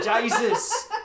Jesus